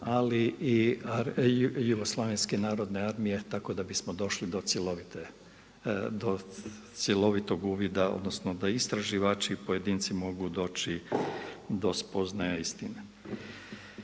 partije Jugoslavije isto tako ali i JNA tako da bismo došli do cjelovitog uvida, odnosno da istraživači i pojedinci mogu doći do spoznaja i istine.